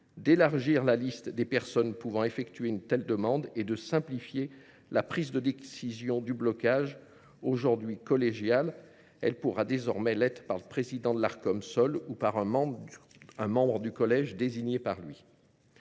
à élargir la liste des personnes pouvant effectuer une telle demande et à simplifier la décision du blocage : aujourd’hui collégiale, elle pourra désormais être prise par le président de l’Arcom seul ou par un membre du collège désigné par lui.